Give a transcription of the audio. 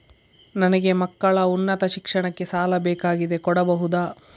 ನನಗೆ ಮಕ್ಕಳ ಉನ್ನತ ಶಿಕ್ಷಣಕ್ಕೆ ಸಾಲ ಬೇಕಾಗಿದೆ ಕೊಡಬಹುದ?